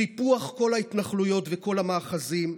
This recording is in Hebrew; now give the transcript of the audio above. סיפוח כל ההתנחלויות וכל המאחזים,